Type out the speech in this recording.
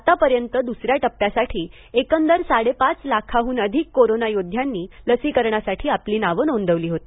आतापर्यंत द्सऱ्या टप्प्यासाठी एकंदर साडेपाच लाखाह्न अधिक कोरोना योदध्यांनी लसीकरणासाठी आपली नावं नोंदवली होती